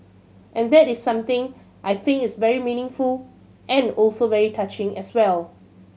and that is something I think is very meaningful and also very touching as well